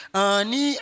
ani